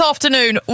afternoon